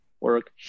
work